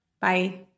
Bye